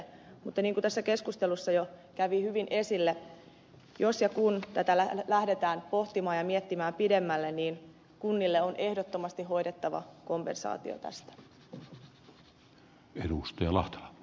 mutta niin kuin tässä keskustelussa jo kävi hyvin esille jos ja kun tätä lähdetään pohtimaan ja miettimään pidemmälle niin kunnille on ehdottomasti hoidettava kompensaatio tästä